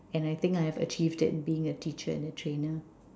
and I think I have achieved it in being a teacher and a trainer